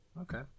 okay